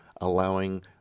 allowing